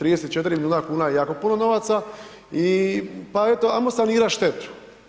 34 milijuna kuna je jako puno novaca i pa eto ajmo sanirati štetu.